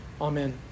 Amen